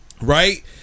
Right